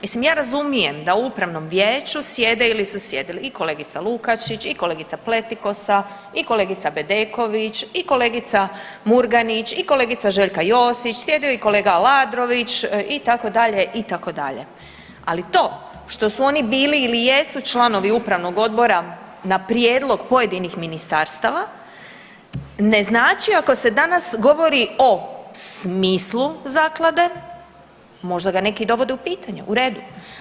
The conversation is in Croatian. Mislim ja razumijem da u upravnom vijeću sjede ili su sjedili i kolegica Lukačić i kolegica Pletikosa i kolegica Bedeković i kolegica Murganić i kolegica Željka Josić, sjedio je i kolega Aladrović itd., itd., ali to što su oni bili ili jesu članovi upravnog odbora na prijedlog pojedinih ministarstava ne znači ako se danas govori o smislu zaklade, možda ga neki dovode u pitanje, u redu.